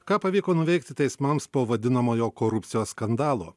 ką pavyko nuveikti teismams po vadinamojo korupcijos skandalo